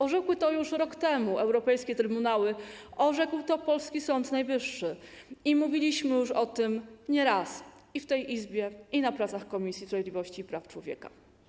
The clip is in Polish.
Orzekły to już rok temu europejskie trybunały, orzekł to polski Sąd Najwyższy i mówiliśmy już o tym nie raz, i w tej Izbie, i podczas prac w Komisji Sprawiedliwości i Praw Człowieka.